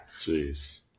Jeez